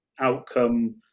outcome